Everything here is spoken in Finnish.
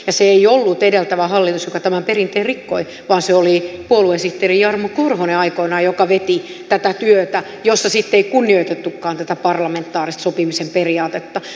ja se ei ollut edeltävä hallitus joka tämän perinteen rikkoi vaan se oli puoluesihteeri jarmo korhonen aikoinaan joka veti tätä työtä jossa sitten ei kunnioitettukaan parlamentaarista sopimisen periaatetta